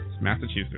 Massachusetts